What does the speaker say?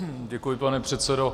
Děkuji, pane předsedo.